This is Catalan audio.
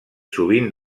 sovint